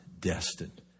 destined